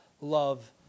love